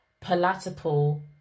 palatable